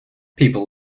people